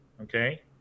Okay